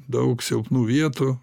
daug silpnų vietų